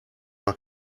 our